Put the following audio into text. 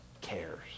cares